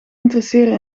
interesseren